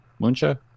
Muncha